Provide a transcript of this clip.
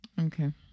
Okay